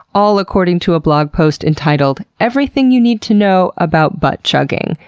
all according to a blog post entitled, everything you need to know about butt chugging,